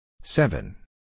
seven